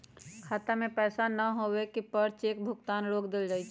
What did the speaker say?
खाता में पैसा न होवे पर चेक भुगतान रोक देयल जा हई